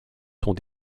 sont